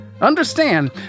Understand